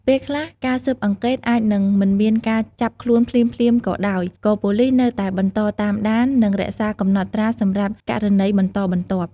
ពេលខ្លះ ការស៊ើបអង្កេតអាចនឹងមិនមានការចាប់ខ្លួនភ្លាមៗក៏ដោយ ក៏ប៉ូលិសនៅតែបន្តតាមដាន និងរក្សាកំណត់ត្រាសម្រាប់ករណីបន្តបន្ទាប់។